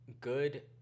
good